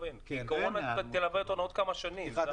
הקורונה תלווה אותנו עוד כמה שנים.